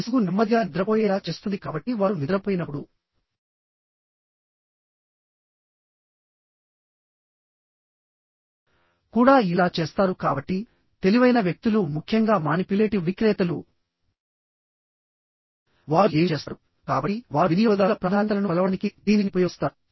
విసుగు నెమ్మదిగా నిద్రపోయేలా చేస్తుంది కాబట్టి వారు నిద్రపోయినప్పుడు కూడా ఇలా చేస్తారు కాబట్టి తెలివైన వ్యక్తులు ముఖ్యంగా మానిప్యులేటివ్ విక్రేతలు వారు ఏమి చేస్తారు కాబట్టి వారు వినియోగదారుల ప్రాధాన్యతలను కొలవడానికి దీనిని ఉపయోగిస్తారు